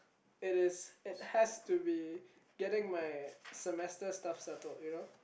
it is it has to be getting my semester stuff settled you know